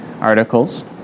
articles